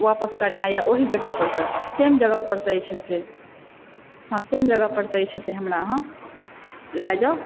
आपस करनाइए ओहि जगह परसँ सेम जगह परसँ जे छै से हँ सेम जगह परसँ जे छै से हमरा अहाँ लै जाउ